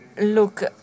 Look